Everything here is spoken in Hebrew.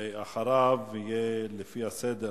ואחריו, לפי הסדר